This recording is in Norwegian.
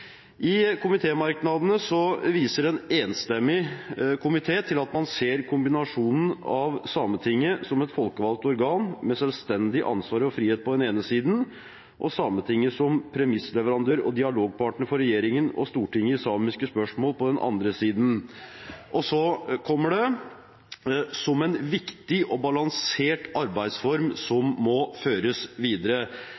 I komitémerknadene viser en enstemmig komité til at man «ser kombinasjonen av Sametinget som et folkevalgt organ med selvstendig ansvar og frihet på den ene siden, og Sametinget som premissleverandør og dialogpartner for regjeringen og Stortinget i samiske spørsmål på den andre siden,» – og så kommer det – «som en viktig og balansert arbeidsform som